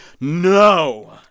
No